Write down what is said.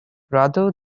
rather